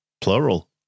Plural